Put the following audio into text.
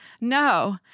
No